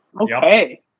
Okay